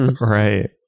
Right